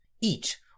Eat